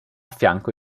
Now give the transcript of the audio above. fianco